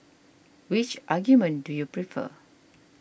which argument do you prefer